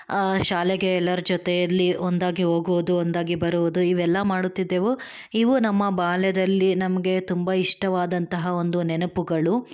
ಶಾಲೆಗೆ ಎಲ್ಲರ ಜೊತೆಯಲ್ಲಿ ಒಂದಾಗಿ ಹೋಗುವುದು ಒಂದಾಗಿ ಬರುವುದು ಇವೆಲ್ಲ ಮಾಡುತ್ತಿದ್ದೆವು ಇವು ನಮ್ಮ ಬಾಲ್ಯದಲ್ಲಿ ನಮಗೆ ತುಂಬ ಇಷ್ಟವಾದಂತಹ ಒಂದು ನೆನಪುಗಳು